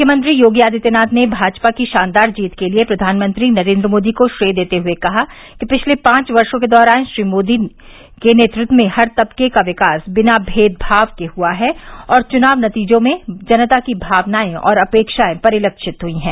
मुख्यमंत्री योगी आदित्यनाथ ने भाजपा की शानदार जीत के लिये प्रधानमंत्री नरेन्द्र मोदी को श्रेय देते हुए कहा कि पिछले पांच वर्षो के दौरान श्री मोदी के नेतृत्व में हर तबके का विकास बिना भेदभाव के हुआ है और चुनाव नतीजों में जनता की भावनाएं और अपेक्षाएं परिलक्षित हुई है